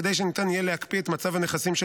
כדי שניתן יהיה להקפיא את מצב הנכסים של